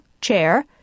Chair